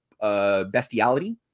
Bestiality